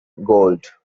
gold